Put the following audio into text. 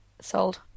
Sold